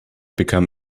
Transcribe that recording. become